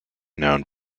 known